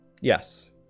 Yes